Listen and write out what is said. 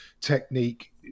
technique